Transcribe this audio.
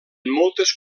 moltes